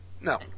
No